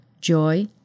joy